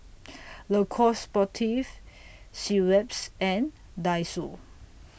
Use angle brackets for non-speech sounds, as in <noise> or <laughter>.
<noise> Le Coq Sportif Schweppes and Daiso